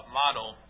model